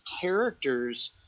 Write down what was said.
characters